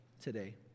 today